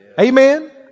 Amen